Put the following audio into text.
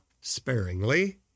sparingly